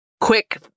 quick